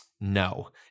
no